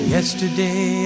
Yesterday